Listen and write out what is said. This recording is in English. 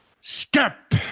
Step